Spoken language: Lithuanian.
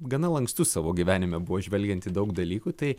gana lankstus savo gyvenime buvo žvelgiant į daug dalykų tai